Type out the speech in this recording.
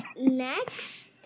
next